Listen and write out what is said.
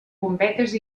bombetes